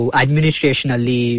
administrationally